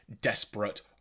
desperate